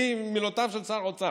לפי מילותיו של שר האוצר.